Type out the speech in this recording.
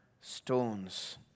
stones